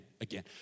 again